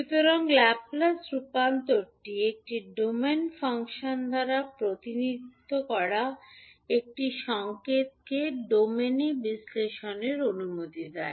সুতরাং ল্যাপ্লেস রূপান্তরটি একটি ডোমেন ফাংশন দ্বারা প্রতিনিধিত্ব করা একটি সংকেতকে ডোমেনে বিশ্লেষণের অনুমতি দেয়